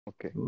Okay